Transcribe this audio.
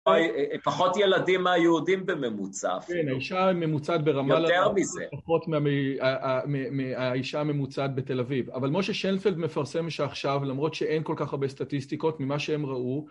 פחות ילדים מהיהודים בממוצע אפילו. כן, האישה הממוצעת ברמלה, יותר מזה, פחות מהאישה הממוצעת בתל אביב. אבל משה שנפלד מפרסם שעכשיו, למרות שאין כל כך הרבה סטטיסטיקות ממה שהם ראו,